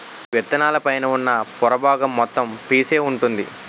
విత్తనాల పైన ఉన్న పొర బాగం మొత్తం పీసే వుంటుంది